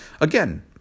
Again